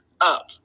up